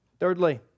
Thirdly